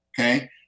Okay